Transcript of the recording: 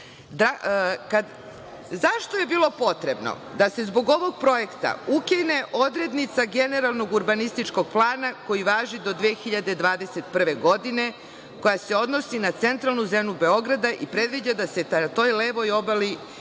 je bilo potrebno da se zbog ovog projekta ukine odrednica generalnog urbanističkog plana koji važi do 2021. godine, koja se odnosi na centralnu zonu Beograda i predviđa da se na toj levoj obali